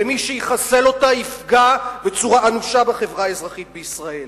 ומי שיחסל אותה יפגע בצורה אנושה בחברה האזרחית בישראל.